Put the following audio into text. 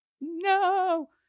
No